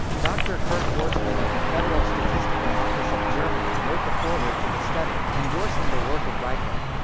dr. kurt horstmann of the federal statistical office of germany wrote the forward to the study, endorsing the work of reichling.